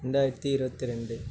ரெண்டாயிரத்தி இருபத்தி ரெண்டு